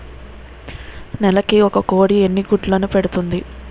నెలకి ఒక కోడి ఎన్ని గుడ్లను పెడుతుంది?